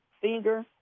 finger